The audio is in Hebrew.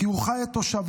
כי הוא חי את תושביו,